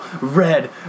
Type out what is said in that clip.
red